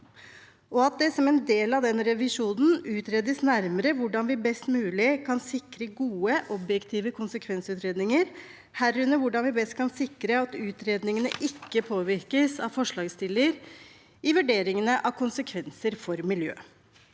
og at det som en del av den revisjonen utredes nærmere hvordan vi best mulig kan sikre gode, objektive konsekvensutredninger, herunder hvordan vi best kan sikre at utredningene ikke påvirkes av forslagsstiller i vurderingene av konsekvenser for miljøet.